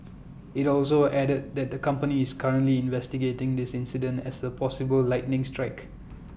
IT also added that the company is currently investigating this incident as A possible lightning strike